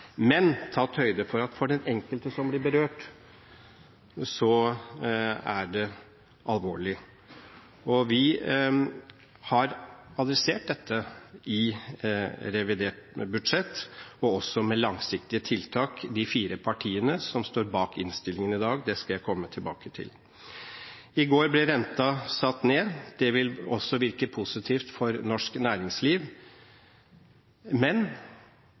Men tatt høyde for den enkelte som blir berørt, er det alvorlig. Vi, de fire partiene som står bak innstillingen i dag, har tatt tak i dette i revidert budsjett og også med langsiktige tiltak – det skal jeg komme tilbake til. I går ble renten satt ned. Det vil også virke positivt for norsk næringsliv. Men